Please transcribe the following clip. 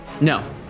No